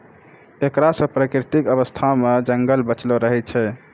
एकरा से प्राकृतिक अवस्था मे जंगल बचलो रहै छै